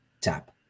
tap